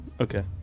Okay